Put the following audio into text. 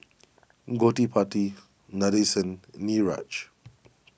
Gottipati Nadesan Niraj